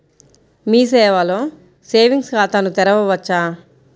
మీ సేవలో సేవింగ్స్ ఖాతాను తెరవవచ్చా?